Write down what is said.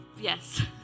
Yes